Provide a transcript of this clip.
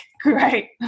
great